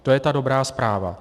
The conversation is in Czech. To je ta dobrá zpráva.